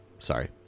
sorry